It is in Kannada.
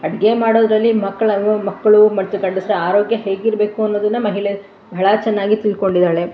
ಅಡುಗೆ ಮಾಡೋದರಲ್ಲಿ ಮಕ್ಕಳು ಮಕ್ಕಳು ಮತ್ತು ಗಂಡಸರ ಆರೋಗ್ಯ ಹೇಗಿರಬೇಕು ಅನ್ನೋದನ್ನ ಮಹಿಳೆ ಬಹಳ ಚೆನ್ನಾಗಿ ತಿಳ್ಕೊಂಡಿದ್ದಾಳೆ